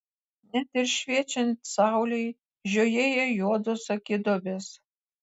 net ir šviečiant saulei žiojėja juodos akiduobės